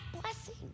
blessing